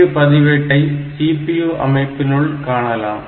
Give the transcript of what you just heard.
ALU பதிவேட்டை CPU அமைப்பினுள் காணலாம்